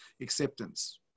Acceptance